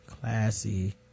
classy